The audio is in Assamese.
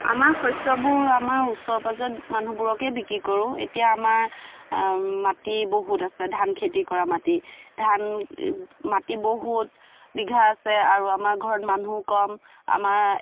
আামাৰ শস্যবোৰ আমাৰ ওচৰ পাজৰত মানুহবোৰকে বিক্ৰী কৰোঁ এতিয়া আমাৰ মাটি বহুত আছে ধান খেতি কৰা মাটি ধান মাটি বহুত বিঘা আছে আৰু আমাৰ ঘৰত মানুহ কম আমাৰ